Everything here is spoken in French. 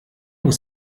vous